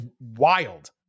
wild